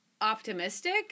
Optimistic